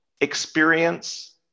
experience